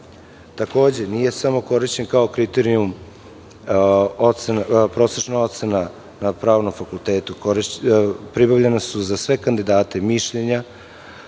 nije samo korišćen kao kriterijum prosečna ocena na pravnom fakultetu. Pribavljena su za sve kandidate mišljenja,